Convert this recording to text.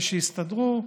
ושיסתדרו,